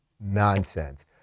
nonsense